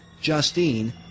Justine